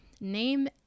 Name